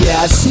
Yes